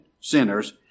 sinners